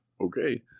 Okay